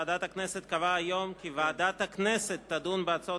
ועדת הכנסת קבעה היום כי ועדת הכנסת תדון בהצעות